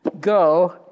Go